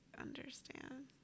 understand